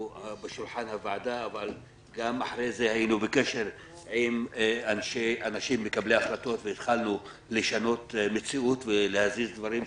היינו בקשר על מקבלי ההחלטות והתחלנו לשנות מציאות ולהזיז דברים,